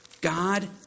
God